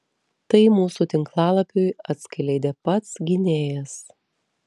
tai mūsų tinklalapiui atskleidė pats gynėjas